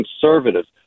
conservatives